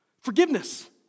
Forgiveness